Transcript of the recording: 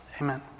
Amen